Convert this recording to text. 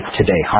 today